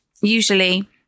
usually